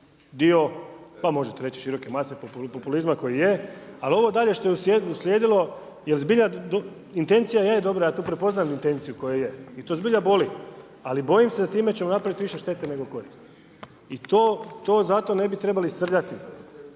pa možete reći, široke mase, populizma koji je, ali ovo dalje što je uslijedilo je zbilja intencija je dobra, ja tu prepoznajem intenciju koja je i to zbilja boli, ali bojim se da time ćemo napraviti više štete nego koristi i to zato ne bi trebali srljati.